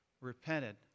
Repented